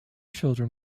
children